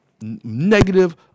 Negative